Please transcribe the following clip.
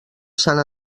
sant